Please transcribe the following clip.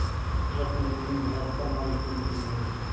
ट्रकमधूनही बराचसा माल इकडून तिकडे नेला जातो